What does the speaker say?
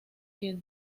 que